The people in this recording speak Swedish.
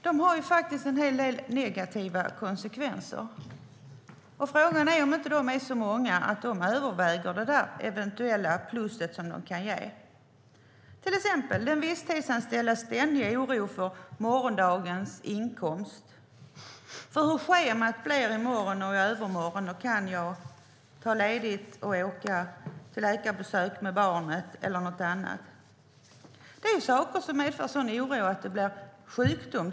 De har faktiskt en hel del negativa konsekvenser, och frågan är om de inte är så många att de överväger det eventuella plus de kan ge. Till exempel har vi den visstidsanställdes ständiga oro över morgondagens inkomst, oron över hur schemat blir i morgon och i övermorgon och oron över om man kan ta ledigt för att åka på läkarbesök med sitt barn - eller något annat. Det är saker som medför sådan oro att det blir till sjukdom.